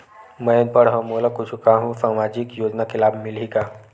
मैं अनपढ़ हाव मोला कुछ कहूं सामाजिक योजना के लाभ मिलही का?